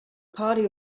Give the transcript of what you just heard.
party